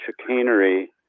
chicanery